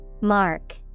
Mark